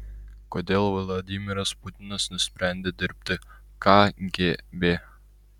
kodėl vladimiras putinas nusprendė dirbti kgb